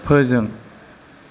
फोजों